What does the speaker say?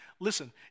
Listen